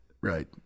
right